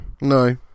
No